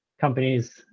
companies